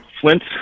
Flint